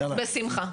בשמחה.